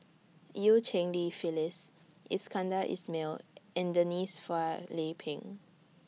EU Cheng Li Phyllis Iskandar Ismail and Denise Phua Lay Peng